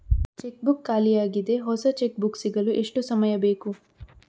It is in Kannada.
ಚೆಕ್ ಬುಕ್ ಖಾಲಿ ಯಾಗಿದೆ, ಹೊಸ ಚೆಕ್ ಬುಕ್ ಸಿಗಲು ಎಷ್ಟು ಸಮಯ ಬೇಕು?